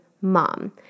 mom